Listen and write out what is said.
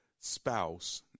spouse